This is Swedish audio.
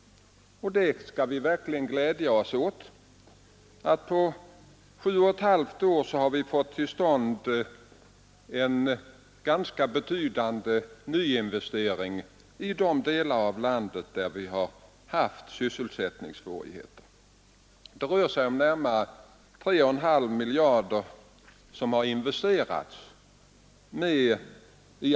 Och vi skall verkligen glädja oss åt att på 7 1/2 år har vi fått till stånd en ganska betydande nyinvestering i de delar av landet där vi har haft sysselsättningssvårigheter. Det rör sig om närmare 3,5 miljarder som använts för detta ändamål.